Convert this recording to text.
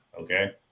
okay